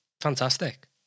Fantastic